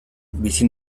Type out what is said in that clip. bizi